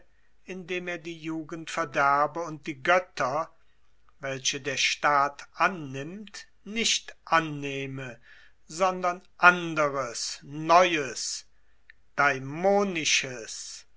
indem er die jugend verderbe und die götter welche der staat annimmt nicht annehme sondern anderes neues daimonisches